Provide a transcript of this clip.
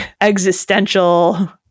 existential